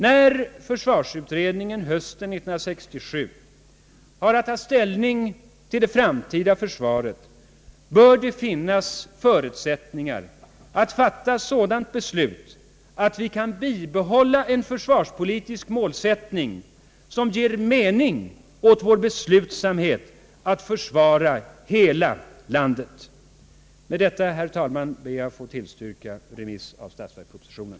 När försvarsutredningen hösten 1967 har att ta ställning till det framtida försvaret, bör det finnas förutsättningar att fatta sådant beslut att vi kan bibehålla en försvarspolitisk målsättning, som ger mening åt vår beslutsamhet att försvara hela landet. Med detta, herr talman, ber jag att få tillstyrka remiss av statsverkspropositionen.